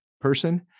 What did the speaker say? person